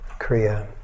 Kriya